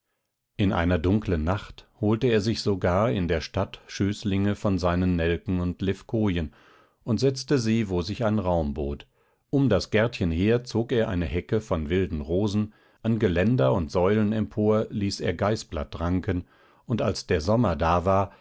in einer dunklen nacht holte er sich sogar in der stadt schößlinge von seinen nelken und levkojen und setzte sie wo sich ein raum bot um das gärtchen her zog er eine hecke von wilden rosen an geländer und säulen empor ließ er geißblatt ranken und als der sommer da war